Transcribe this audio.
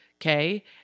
okay